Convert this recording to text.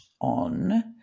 on